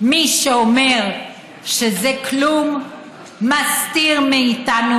מי שאומר שזה כלום מסתיר מאיתנו